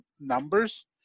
numbers